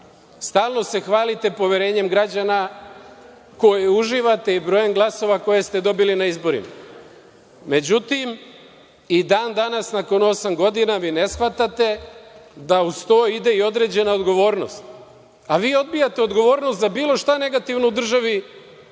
Stalno se hvalite poverenjem građana koje uživate i brojem glasove koje ste dobili na izborima. Međutim i dan danas nakon osam godina, vi ne shvatate da uz to ide i određena odgovornost, a vi odbijate odgovornost za bilo šta negativno u državi